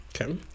Okay